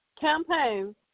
campaign